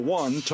one